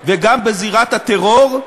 וגם בזירת הטרור,